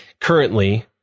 currently